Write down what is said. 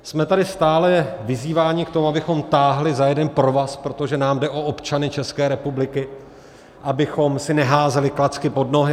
Jsme tady stále vyzýváni k tomu, abychom táhli za jeden provaz, protože nám jde o občany České republiky, abychom si neházeli klacky pod nohy.